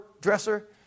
dresser